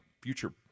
future